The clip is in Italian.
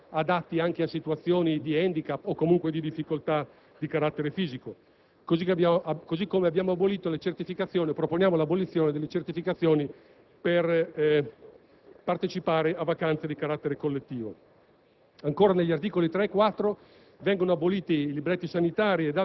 ed eventualmente il medico della ASL) circa percorsi di motricità adatti anche a situazioni di *handicap* o, comunque, a difficoltà di carattere fisico. Inoltre, proponiamo l'abolizione delle certificazioni per partecipare a vacanze di carattere collettivo.